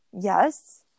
Yes